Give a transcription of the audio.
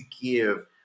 give